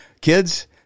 Kids